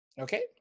Okay